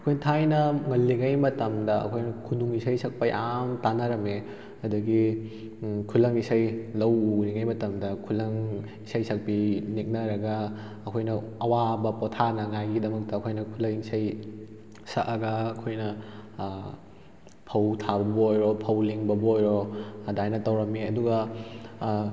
ꯑꯩꯈꯣꯏ ꯊꯥꯏꯅ ꯉꯜꯂꯤꯉꯩ ꯃꯇꯝꯗ ꯑꯩꯈꯣꯏꯅ ꯈꯨꯅꯨꯡ ꯏꯁꯩ ꯁꯛꯄ ꯌꯥꯝ ꯇꯥꯟꯅꯔꯝꯃꯦ ꯑꯗꯨꯗꯒꯤ ꯈꯨꯂꯪ ꯏꯁꯩ ꯂꯧ ꯎꯔꯤꯉꯩ ꯃꯇꯝꯗ ꯈꯨꯂꯪ ꯏꯁꯩ ꯁꯛꯄꯤ ꯅꯦꯛꯅꯔꯒ ꯑꯩꯈꯣꯏꯅ ꯑꯋꯥꯕ ꯄꯣꯊꯥꯅꯉꯥꯏꯒꯤꯗꯃꯛꯇ ꯑꯩꯈꯣꯏꯅ ꯈꯨꯂꯪ ꯏꯁꯩ ꯁꯛꯑꯒ ꯑꯩꯈꯣꯏꯅ ꯐꯧ ꯊꯥꯕꯕꯨ ꯑꯣꯏꯔꯣ ꯐꯧ ꯂꯦꯡꯕꯕꯨ ꯑꯣꯏꯔꯣ ꯑꯗꯨꯃꯥꯏꯅ ꯇꯧꯔꯝꯃꯤ ꯑꯗꯨꯒ